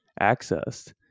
accessed